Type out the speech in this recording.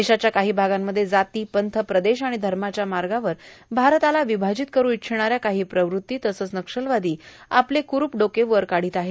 देशाच्या काहो भागांमध्ये जाती पंथ प्रदेश आर्गण धमाच्या मागावर भारताला विभाजीत करू इच्छिणाऱ्या काहो प्रवृत्ती तसंच नक्षलवादो आपले कुरूप डोके वर काढत आहेत